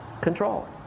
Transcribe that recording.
control